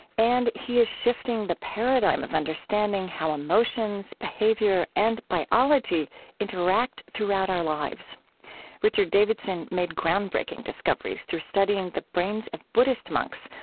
and he is shifting the paradigm of understanding how emotions, behavior, and biology interact throughout our lives richard davidson made groundbreaking discoveries through studying the brains of buddhist monks,